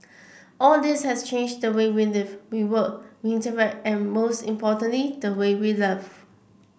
all this has changed the way we live we work we interact but most importantly the way we love